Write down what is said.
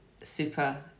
super